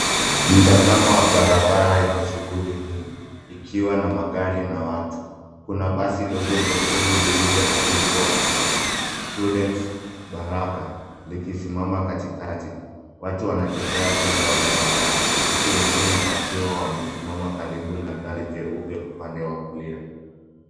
Mtazamo wa barabara yenye shughuli nyingi, ikiwa na magari na watu. Kuna basi dogo jekundu lililoandikwa (cs)Prudence (cs)Baraka, likisimama katikati. Watu wanatembea kando ya barabara, huku wengine wakiwa wamesimama karibu na gari jeupe upande wa kulia.